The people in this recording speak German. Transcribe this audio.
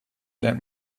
lernt